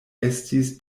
estis